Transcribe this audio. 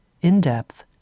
in-depth